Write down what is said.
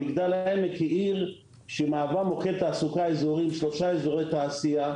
מגדל העמק היא עיר שמהווה מוקד תעסוקה אזורי עם שלושה אזורי תעשייה.